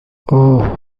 اوه